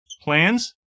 plans